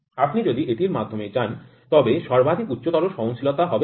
আপনি যদি এটির মাধ্যমে যান তবে সর্বাধিক উচ্চতর সহনশীলতা হবে এটি